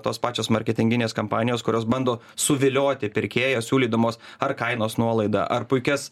tos pačios marketinginės kampanijos kurios bando suvilioti pirkėją siūlydamos ar kainos nuolaidą ar puikias